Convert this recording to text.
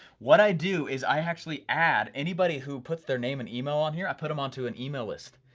what i do is i actually add anybody who puts their name and email on here, i put em onto an email list,